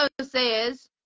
says